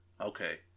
Okay